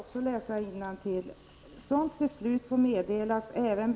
Herr talman!